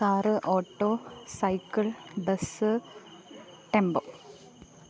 car auto cycle bus tempo